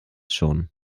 schon